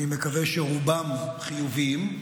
אני מקווה שרובם חיוביים,